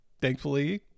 thankfully